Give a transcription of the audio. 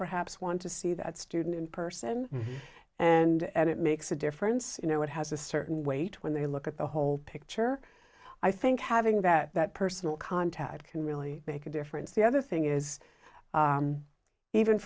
perhaps want to see that student in person and it makes a difference you know it has a certain weight when they look at the whole picture i think having that personal contact can really make a difference the other thing is even